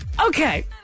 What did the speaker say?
Okay